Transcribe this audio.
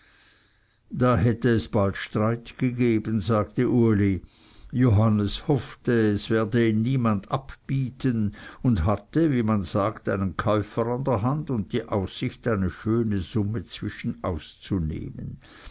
da hätte es bald streit gegeben sagte uli johannes hoffte es werde ihn niemand abbieten und hatte wie man sagt einen käufer an der hand und die aussicht eine schöne summe zwischenauszunehmen als